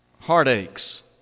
Heartaches